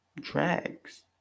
drags